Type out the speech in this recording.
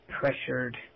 pressured